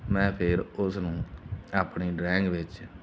ਮੈਂ ਫੇਰ ਉਸ ਨੂੰ ਆਪਣੀ ਡਰੈਂਗ ਵਿੱਚ